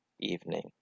evening